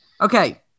Okay